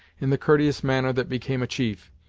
in the courteous manner that became a chief,